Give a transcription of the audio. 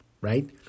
right